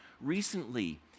recently